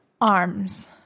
arms